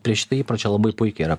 prie šito įpročio labai puikiai yra